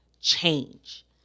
change